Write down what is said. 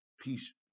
peace